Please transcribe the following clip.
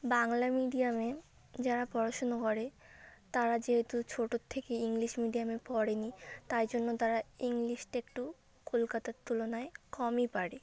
বাংলা মিডিয়ামে যারা পড়াশুনো করে তারা যেহেতু ছোটোর থেকেই ইংলিশ মিডিয়ামে পড়ে নি তাই জন্য তারা ইংলিশটা একটু কলকাতার তুলনায় কমই পারে